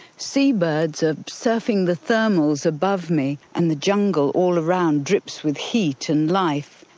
sea birds are surfing the thermals above me, and the jungle all around drips with heat and life,